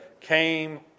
came